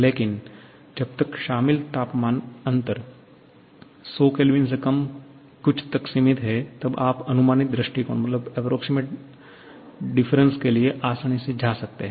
लेकिन जब तक शामिल तापमान अंतर 100 K से कम कुछ तक सीमित है तब आप अनुमानित दृष्टिकोण के लिए आसानी से जा सकते हैं